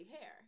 hair